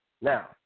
Now